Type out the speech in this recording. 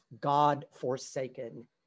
God-forsaken